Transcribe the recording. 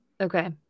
Okay